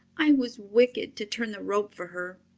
i was wicked to turn the rope for her.